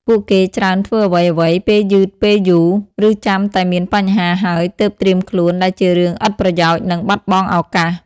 ពួកគេច្រើនធ្វើអ្វីៗពេលយឺតពេលយូរ ឬចាំតែមានបញ្ហាហើយទើបត្រៀមខ្លួន ដែលជារឿងឥតប្រយោជន៍ និងបាត់បង់ឱកាស។